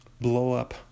blow-up